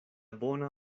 bona